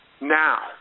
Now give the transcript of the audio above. now